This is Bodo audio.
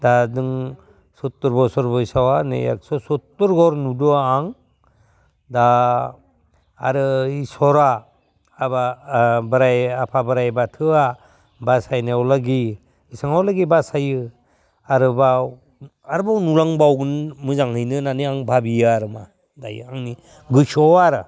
दा नों सदथ'र बसर बैसोआवहा जों एगस' सदथर बहर नुदो आं दा आरो इसरा बोराइ आफा बोराइ बाथौआ बासायनायावल'गि जेसेबांलागि बासायो आरोबाव आरोबाव नुलांबावगोन मोजांहैनो आं भाबियो आरोोमा दायो आंनि गोसोआव आरो